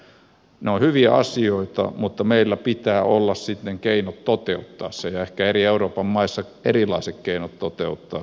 ne ovat hyviä asioita mutta meillä pitää olla sitten keinot toteuttaa ne ja ehkä eri euroopan maissa erilaiset keinot toteuttaa niitä